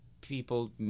people